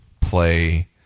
play